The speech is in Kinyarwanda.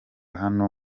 hano